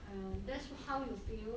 err that's what how you feel